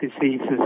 diseases